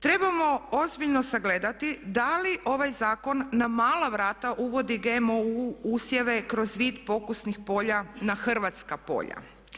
Trebamo ozbiljno sagledati da li ovaj zakon na mala vrata uvodi GMO u usjeve kroz vid pokusnih polja na hrvatska polja.